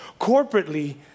corporately